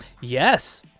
Yes